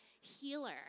healer